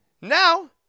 Now